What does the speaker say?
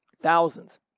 Thousands